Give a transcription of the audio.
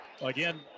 Again